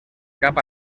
cap